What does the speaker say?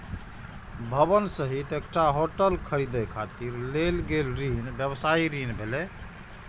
भवन सहित एकटा होटल खरीदै खातिर लेल गेल ऋण व्यवसायी ऋण भेलै